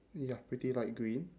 ya pretty light green